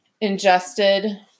ingested